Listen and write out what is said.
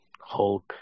Hulk